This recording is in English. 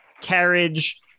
carriage